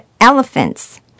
elephants